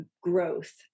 growth